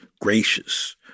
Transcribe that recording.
gracious